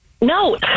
No